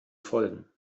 folgen